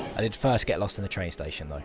i did first get lost in the train station, though.